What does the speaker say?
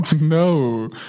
No